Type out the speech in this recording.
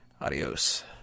adios